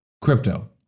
crypto